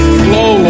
flow